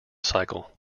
cycle